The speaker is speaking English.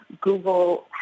Google